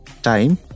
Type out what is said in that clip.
time